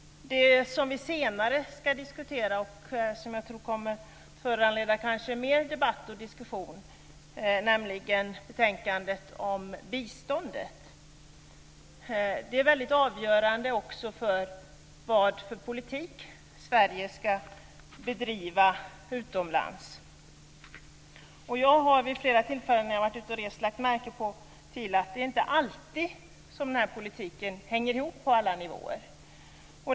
Vi ska senare diskutera betänkandet om biståndet, vilket jag tror kommer att föranleda mer debatt och diskussion. Biståndet är väldigt avgörande för vilken politik Sverige ska bedriva utomlands. Jag har vid flera tillfällen då jag varit ute och rest lagt märke till att denna politik inte alltid hänger ihop på alla nivåer.